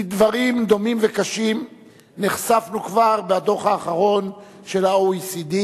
לדברים דומים וקשים נחשפנו כבר בדוח האחרון של ה-OECD,